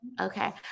Okay